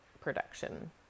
production